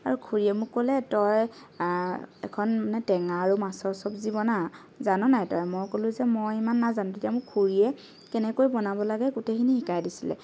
আৰু খুৰীয়ে মোক ক'লে তই এখন মানে টেঙা আৰু মাছৰ চব্জি বনা জান নাই তই মই ক'লো যে মই ইমান নাজানো তেতিয়া মোক খুৰীয়ে কেনেকৈ বনাব লাগে গোটেইখিনি শিকাই দিছিলে